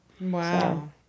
Wow